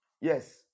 Yes